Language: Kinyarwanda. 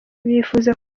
bipfuza